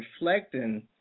reflecting